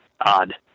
odd